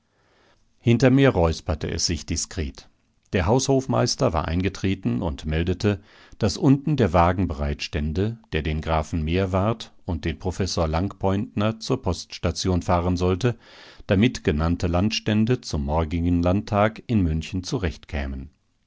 hinter mir räusperte es sich diskret der haushofmeister war eingetreten und meldete daß unten der wagen bereit stände der den grafen meerwarth und den professor langpointner zur poststation fahren sollte damit genannte landstände zum morgigen landtag in münchen